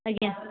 ଆଜ୍ଞା